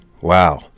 Wow